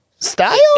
Style